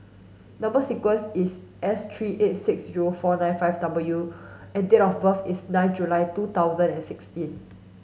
number sequence is S three eight six zero four nine five W and date of birth is nine July two thousand and sixteen